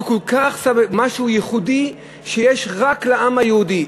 משהו ייחודי שיש רק לעם היהודי.